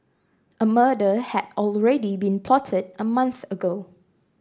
a murder had already been plotted a month ago